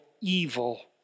evil